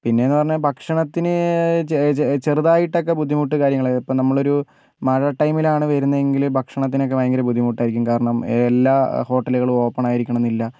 പിന്നേന്ന് പറഞ്ഞാൽ ഭക്ഷണത്തിന് ചെറുതായിട്ടൊക്കേ ബുദ്ധിമുട്ട് കാര്യങ്ങൾ ഇപ്പം നമ്മൾ ഒരു മഴ ടൈമിലാണ് വരുന്നതെങ്കിൽ ഭക്ഷണത്തിനൊക്കേ ഭയങ്കര ബുദ്ധിമുട്ടായിരിക്കും കാരണം എല്ലാ ഹോട്ടലുകളും ഓപ്പൺ ആയിരിക്കണമെന്നില്ല